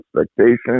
expectations